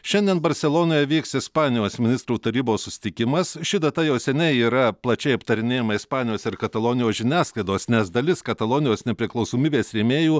šiandien barselonoje vyks ispanijos ministrų tarybos susitikimas ši data jau seniai yra plačiai aptarinėjama ispanijos ir katalonijos žiniasklaidos nes dalis katalonijos nepriklausomybės rėmėjų